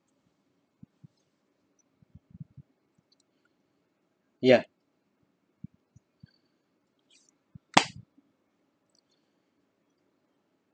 ya